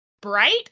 bright